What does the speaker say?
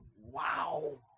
wow